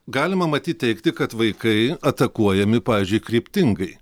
galima matyt teigti kad vaikai atakuojami pavyzdžiui kryptingai